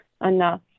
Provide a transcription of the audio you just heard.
enough